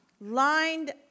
lined